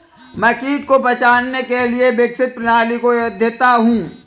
मैं कीट को पहचानने के लिए विकसित प्रणाली का अध्येता हूँ